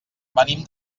venim